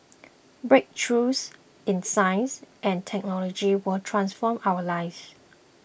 breakthroughs in science and technology will transform our lives